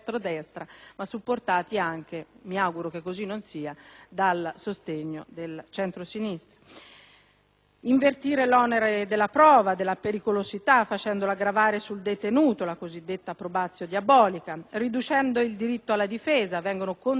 mi auguro che così non sia - dal sostegno del centrosinistra. Si intende poi invertire l'onere della prova della pericolosità, facendola gravare sul detenuto (la cosiddetta *probatio* *diabolica*), e ridurre il diritto alla difesa (vengono contingentati i colloqui con i difensori,